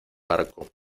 barco